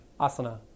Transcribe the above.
asana